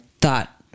thought